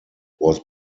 was